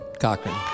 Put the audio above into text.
Cochran